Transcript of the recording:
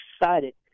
excited